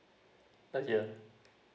uh yeah